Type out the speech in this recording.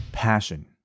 passion